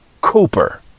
Cooper